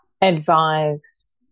advise